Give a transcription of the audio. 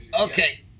Okay